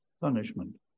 punishment